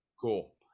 cool